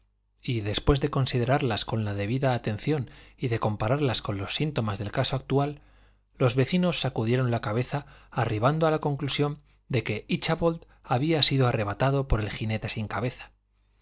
y después de considerarlas con la debida atención y de compararlas con los síntomas del caso actual los vecinos sacudieron la cabeza arribando a la conclusión de que íchabod había sido arrebatado por el ginete sin cabeza